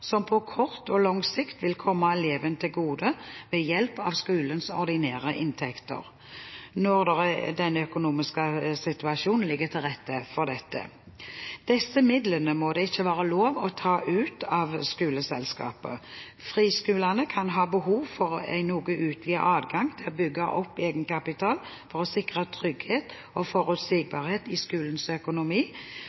som på kort og lang sikt vil komme elevene til gode ved hjelp av skolens ordinære inntekter, når den økonomiske situasjonen ligger til rette for det. Disse midlene må det ikke være lov å ta ut av skoleselskapet. Friskolene kan ha behov for en noe utvidet adgang til å bygge opp egenkapital for å sikre trygghet og forutsigbarhet i skolens økonomi.